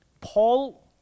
Paul